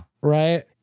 Right